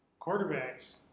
Quarterbacks